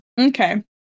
Okay